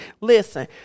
Listen